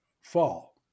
fall